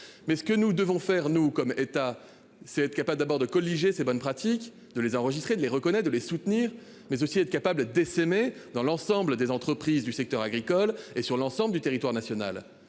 mais ce que nous devons faire nous comme État. C'est ce qu'il a pas d'abord de colliger ces bonnes pratiques de les enregistrer de les reconnaît de les soutenir, mais aussi être capable d'essaimer dans l'ensemble des entreprises du secteur agricole et sur l'ensemble du territoire national.